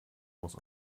muss